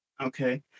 Okay